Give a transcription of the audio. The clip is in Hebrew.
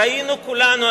ראינו כולנו,